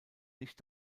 nicht